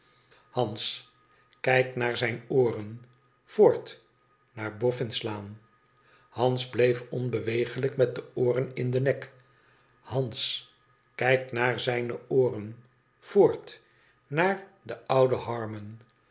hans kijk naar zijne ooren voort naar boffin's laan i hans bleef onbeweeglijk met de ooren in den nek hans kijk naar zijne ooren voort naar den ouden harmon